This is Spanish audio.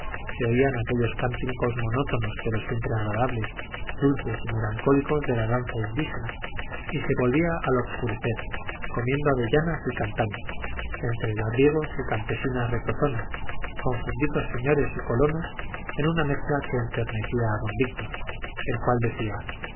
se oían aquellos cánticos monótonos pero siempre agradables dulces y melancólicos de la danza indígena y se volvía al obscurecer comiendo avellanas y cantando entre labriegos y campesinas retozonas confundidos señores y colonos en una mezcla que enternecía a don víctor el cual decía